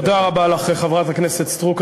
תודה רבה לך, חברת הכנסת סטרוק.